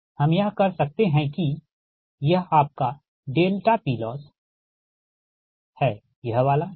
हम यह कर सकते हैं कि यह आपकाPLoss है यह वाला ठीक